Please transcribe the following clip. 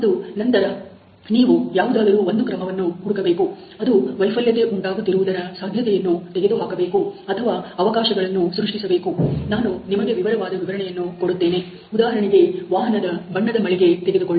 ಮತ್ತು ನಂತರ ನೀವು ಯಾವುದಾದರೂ ಒಂದು ಕ್ರಮವನ್ನು ಹುಡುಕಬೇಕು ಅದು ವೈಫಲ್ಯತೆ ಉಂಟಾಗುತ್ತಿರುವುದರ ಸಾಧ್ಯತೆಯನ್ನು ತೆಗೆದುಹಾಕಬೇಕು ಅಥವಾ ಅವಕಾಶಗಳನ್ನು ಸೃಷ್ಟಿಸಬೇಕು ನಾನು ನಿಮಗೆ ವಿವರವಾದ ವಿವರಣೆಯನ್ನು ಕೊಡುತ್ತೇನೆ ಉದಾಹರಣೆಗೆ ವಾಹನದ ಬಣ್ಣದ ಮಳಿಗೆ ತೆಗೆದುಕೊಳ್ಳ